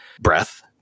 breath